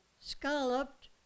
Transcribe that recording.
scalloped